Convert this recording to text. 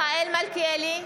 מיכאל מלכיאלי,